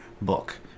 book